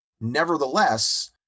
Nevertheless